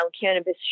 cannabis